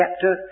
chapter